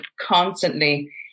constantly